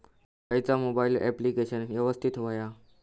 खयचा mobile application यवस्तित होया?